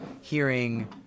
hearing –